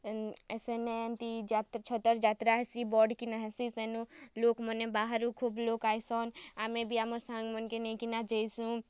ସେନେ ଏନ୍ତି ଯାତ୍ ଛତର୍ ଯାତ୍ରା ହେସି ବଡ଼୍ କିନା ହେସି ସେନୁ ଲୋକ୍ମାନେ ବାହାରୁ ଖୋବ୍ ଲୋକ୍ ଆଏସନ୍ ଆମେ ବି ଆମର୍ ସାଙ୍ଗମାନ୍କେ ନେଇକିନା ଯାଏସୁଁ